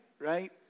Right